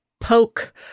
poke